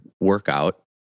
workout